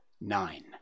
nine